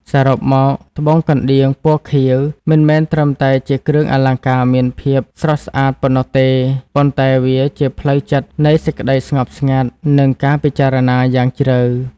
សរុបមក ត្បូងកណ្ដៀង ពណ៌ខៀវ មិនមែនត្រឹមជាគ្រឿងអលង្ការមានភាពស្រស់ស្អាតប៉ុណ្ណោះទេ ប៉ុន្តែវាជាផ្លូវចិត្តនៃសេចក្ដីស្ងប់ស្ងាត់ និងការពិចារណាយ៉ាងជ្រៅ។